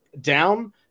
down